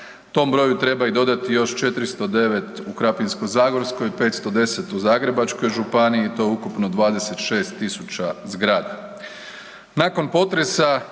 Tom broju treba i dodati još 409 u Krapinsko-zagorskoj, 510 u Zagrebačkoj županiji, to je ukupno 26000 zgrada. Nakon potresa